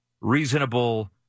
reasonable